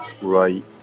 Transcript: Right